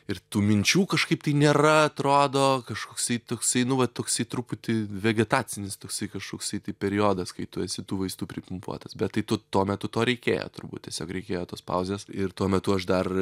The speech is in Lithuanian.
ir tų minčių kažkaip tai nėra atrodo kažkoksai toksai nu va toksai truputį vegetacinis toksai kažkoksai tai periodas kai tu esi tų vaistų pripumpuotas bet tai tu tuo metu to reikėjo turbūt tiesiog reikėjo tos pauzės ir tuo metu aš dar